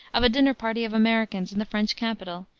of a dinner party of americans in the french capital,